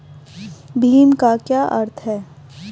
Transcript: भीम का क्या अर्थ है?